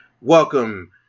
welcome